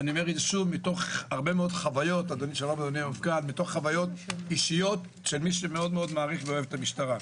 ואני אומר את זה מתוך חוויות אישיות של מי שמאוד מעריך ואוהב את המשטרה.